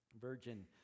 virgin